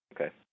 Okay